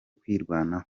kwirwanaho